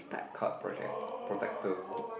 card project protector